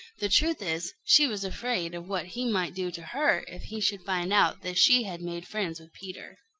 the truth is she was afraid of what he might do to her if he should find out that she had made friends with peter.